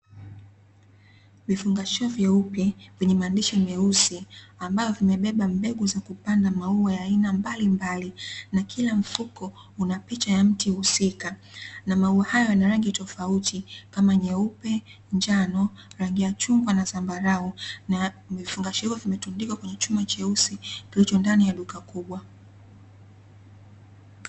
Vifungashio vyeupe, vyenye maandishi meusi ambavyo vimebeba mbegu za kupanda maua ya aina mbalimbali na kila mfuko una picha ya mti husika na maua hayo yana rangi tofauti, kama; nyeupe, njano, rangi ya chungwa na zambarau. Na vifungashio hivyo vimetundikwa kwenye chuma cheusi kilicho ndani ya duka kubwa.